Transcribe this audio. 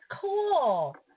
cool